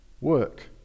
work